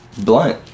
blunt